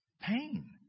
pain